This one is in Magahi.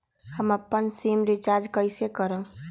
हम अपन सिम रिचार्ज कइसे करम?